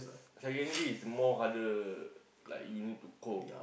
secondary is more harder like you need to cope